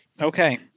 Okay